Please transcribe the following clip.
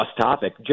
topic